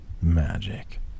magic